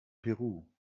peru